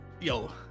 yo